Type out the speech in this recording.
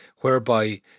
whereby